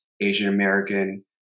Asian-American